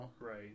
right